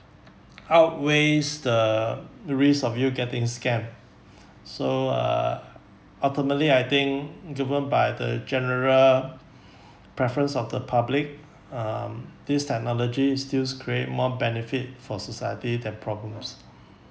outweighs the the risk of you getting scammed so uh ultimately I think given by the general preference of the public um this technology it stills create more benefit for society than problems